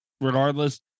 regardless